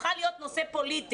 הפכה להיות נושא פוליטי.